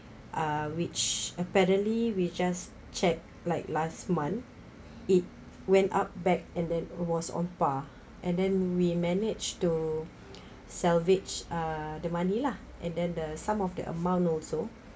uh which apparently we just check like last month it went up back and then was on par and then we managed to salvage uh the money lah and then the some of the amount also